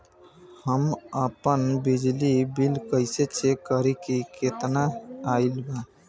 हम आपन बिजली बिल कइसे चेक करि की केतना आइल बा?